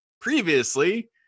previously